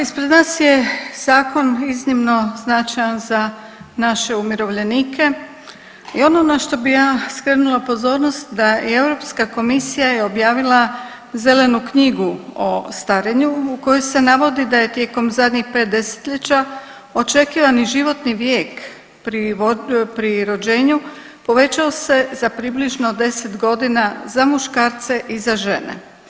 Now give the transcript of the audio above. Ispred nas je zakon iznimno značajan za naše umirovljenike i ono na što bi ja skrenula pozornost da i EU komisija je objavila zelenu knjigu o starenju u kojoj se navodi da je zadnjih 5 desetljeća očekivani životni vijek pri rođenju, povećao se za približno 10 godina za muškarce i za žene.